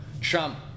Trump